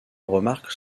remarque